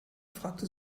fragte